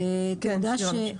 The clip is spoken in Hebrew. בתקנה 108,